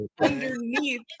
underneath